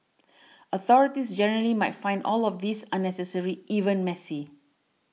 authorities generally might find all of this unnecessary even messy